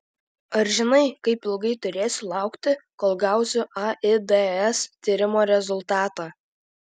ar žinai kaip ilgai turėsiu laukti kol gausiu aids tyrimo rezultatą